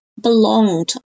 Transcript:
belonged